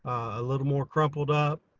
a little more crumpled up.